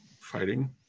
fighting